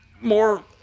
more